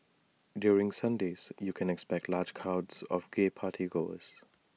during Sundays you can expect large crowds of gay party goers